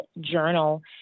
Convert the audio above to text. journal